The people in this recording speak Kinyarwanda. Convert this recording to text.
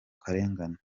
karengane